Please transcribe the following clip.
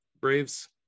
Braves